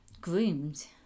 groomed